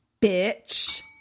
Bitch